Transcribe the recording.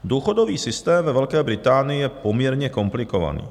Důchodový systém ve Velké Británii je poměrně komplikovaný.